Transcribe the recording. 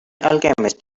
alchemist